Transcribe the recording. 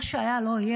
מה שהיה לא יהיה.